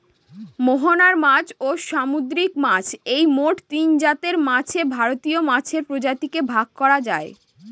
মোহনার মাছ, ও সামুদ্রিক মাছ এই মোট তিনজাতের মাছে ভারতীয় মাছের প্রজাতিকে ভাগ করা যায়